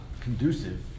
conducive